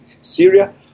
Syria